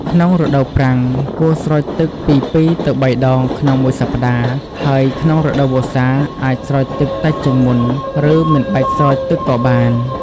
ក្នុងរដូវប្រាំង គួរស្រោចទឹកពី ២ ទៅ ៣ ដងក្នុងមួយសប្តាហ៍ ហើយក្នុងរដូវវស្សា អាចស្រោចទឹកតិចជាងមុន ឬមិនបាច់ស្រោចទឹកក៏បាន។